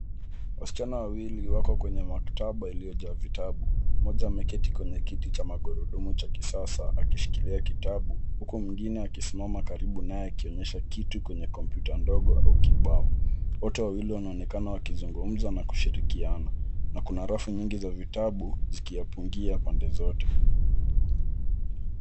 Wasichana wawili wako kwenye maktaba iliyojaa vitabu. Mmoja ameketi kwenye kiti cha magurudumu cha kisasa, akishikilia kitabu. Huku mwingine akisimama karibu naye akionyesha kitu kwenye kompyuta ndogo au kibao. Wote wawili wanaonekana wakizungumza na kushirikiana. Na kuna rafu nyingi za vitabu, zikiyapungia pande zote.